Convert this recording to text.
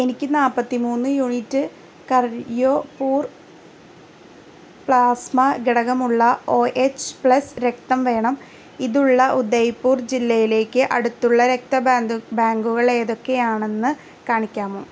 എനിക്ക് നാൽപ്പത്തി മൂന്ന് യൂണിറ്റ് കറിയോപൂർ പ്ലാസ്മ ഘടകമുള്ള ഓ എച്ച് പ്ലസ് രക്തം വേണം ഇതുള്ള ഉദയ്പൂർ ജില്ലയിലേയ്ക്ക് അടുത്തുള്ള രക്ത ബാങ്കുകൾ ഏതൊക്കെയാണെന്ന് കാണിക്കാമോ